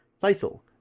Title